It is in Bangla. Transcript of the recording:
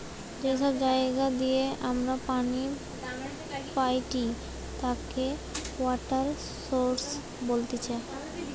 যে সব জায়গা দিয়ে আমরা পানি পাইটি তাকে ওয়াটার সৌরস বলতিছে